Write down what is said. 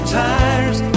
tires